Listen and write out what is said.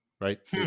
right